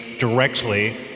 directly